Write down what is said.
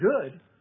good